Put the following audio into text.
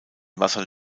wasser